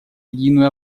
единую